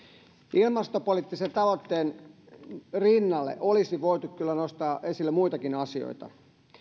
ilmastopoliittisen tavoitteen rinnalle olisi voitu kyllä nostaa esille muitakin asioita